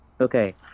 Okay